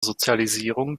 sozialisierung